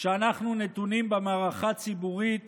שאנחנו נתונים במערכה ציבורית